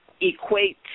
equate